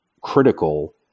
critical